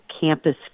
campus